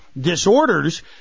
disorders